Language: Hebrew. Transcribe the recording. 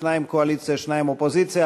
שניים קואליציה ושניים אופוזיציה,